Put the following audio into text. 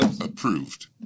approved